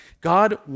God